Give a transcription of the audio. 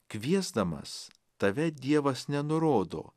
kviesdamas tave dievas nenurodo